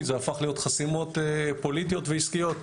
זה הפך להיות חסימות פוליטיות ועסקיות.